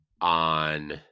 on